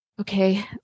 okay